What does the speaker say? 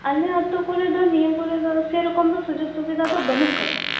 ᱟᱞᱮ ᱟᱹᱛᱩ ᱠᱚᱨᱮᱫᱚ ᱱᱤᱭᱟᱹ ᱠᱚᱨᱮᱫᱚ ᱥᱮᱨᱚᱠᱚᱢ ᱫᱚ ᱥᱩᱡᱳᱜ ᱥᱩᱵᱤᱫᱷᱟ ᱫᱚ ᱵᱟᱹᱱᱩᱜ ᱟᱠᱟᱫᱟ